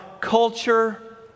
culture